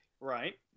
Right